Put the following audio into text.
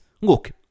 Look